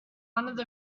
one